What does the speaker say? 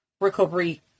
recovery